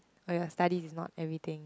oh your studies is not everything